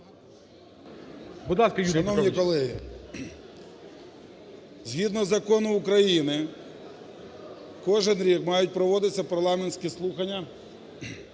Шановні колеги! Згідно закону України кожен рік мають проводитися парламентські слухання